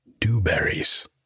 dewberries